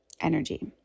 energy